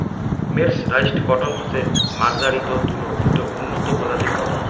mercerised cotton হসে মার্জারিত তুলো যেটো উন্নত প্রজাতির কটন